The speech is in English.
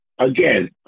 Again